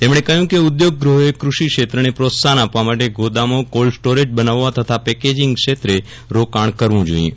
તેમણે કહ્યું કે ઉદ્યોગ ગૃહોએ કૃષિ ક્ષેત્રને પ્રોત્સાહન આપવા માટે ગોદામો કોલ્ડ સ્ટોરેજ બનાવવા તથા પેકેજિંગ ક્ષેત્રે રોકાણ કરવું જોઈએ